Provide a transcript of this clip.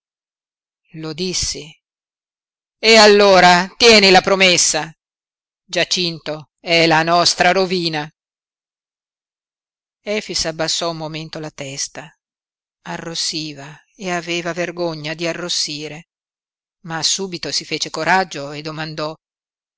lo dissi e allora tieni la promessa giacinto è la nostra rovina efix abbassò un momento la testa arrossiva e aveva vergogna di arrossire ma subito si fece coraggio e domandò